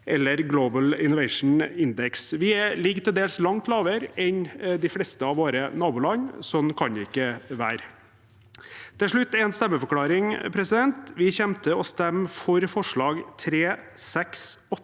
eller Global Innovation Index. Vi ligger til dels langt lavere enn de fleste av våre naboland. Sånn kan det ikke være. Til slutt en stemmeforklaring: Vi kommer til å stemme for forslagene